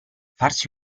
farsi